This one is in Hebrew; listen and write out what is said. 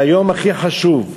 והיום הכי חשוב,